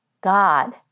God